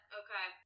okay